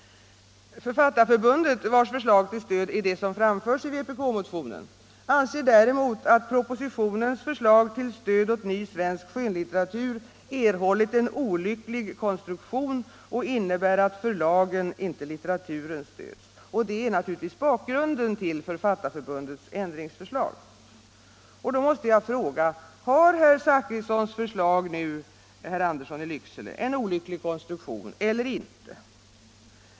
Författarförbundet — vars förslag till stöd är det som framförs i vpk-motionen —- anser däremot att propositionens förslag till stöd åt ny svensk skönlitteratur erhållit en olycklig konstruktion och innebär att förlagen, inte litteraturen, stöds. Det är naturligtvis bakgrunden till Författarförbundets ändringsförslag. Då måste jag fråga: Har herr Zachrissons förslag, herr Andersson i Lycksele, en olycklig konstruktion eller inte?